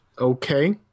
Okay